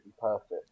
perfect